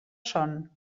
son